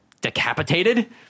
decapitated